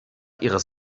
ihres